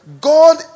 God